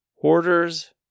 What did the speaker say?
Hoarders